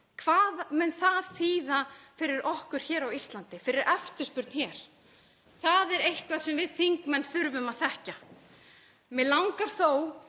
Hvað mun það þýða fyrir okkur hér á Íslandi, fyrir eftirspurn hér? Það er eitthvað sem við þingmenn þurfum að þekkja. Mig langar þó